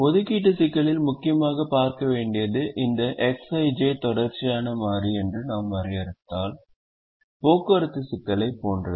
ஒதுக்கீடு சிக்கலில் முக்கியமாக பார்க்க வேண்டியது இந்த Xij தொடர்ச்சியான மாறி என்று நாம் வரையறுத்தால் போக்குவரத்து சிக்கலைப் போன்றது